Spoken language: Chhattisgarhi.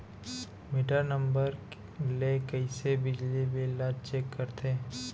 मीटर नंबर ले कइसे बिजली बिल ल चेक करथे?